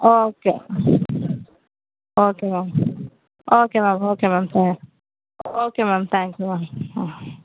okay okay ma'am okay ma'am okay ma'am ah okay ma'am thank you ma'am ம்